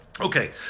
Okay